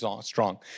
strong